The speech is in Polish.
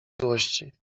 złości